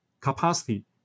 capacity